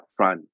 Upfront